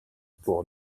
pour